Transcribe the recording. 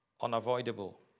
Unavoidable